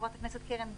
חברת הכנסת קרן ברק,